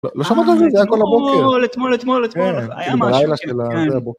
‫לא שמעת את זה? זה היה כל הבוקר. ‫-אה, אתמול, אתמול, אתמול. ‫היה משהו, כן. ‫-כאילו בלילה של הזה... הבוקר